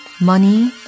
money